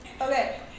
Okay